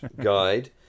guide